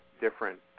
different